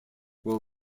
will